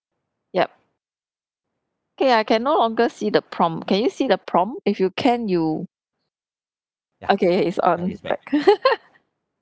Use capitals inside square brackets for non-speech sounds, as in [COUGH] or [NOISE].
yup okay I can no longer see the prompt can you see the prompt if you can you okay it's on it's back [LAUGHS]